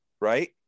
right